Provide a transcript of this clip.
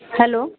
hello